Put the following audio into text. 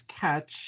Catch